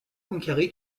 poincaré